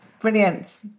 Brilliant